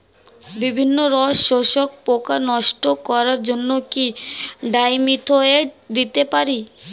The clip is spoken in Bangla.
বিভিন্ন রস শোষক পোকা নষ্ট করার জন্য কি ডাইমিথোয়েট দিতে পারি?